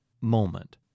moment